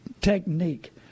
technique